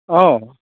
অ'